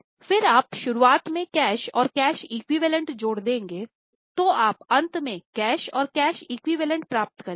फिर आप शुरुआत में कैश और कैश एक्विवैलेन्टप्राप्त करेंगे